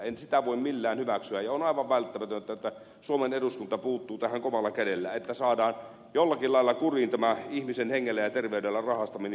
en sitä voi millään hyväksyä ja on aivan välttämätöntä että suomen eduskunta puuttuu tähän kovalla kädellä että saadaan jollakin lailla kuriin tämä ihmisen hengellä ja terveydellä rahastaminen